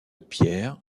pierre